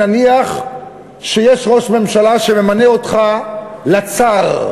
נניח שיש ראש ממשלה שממנה אותך לצאר,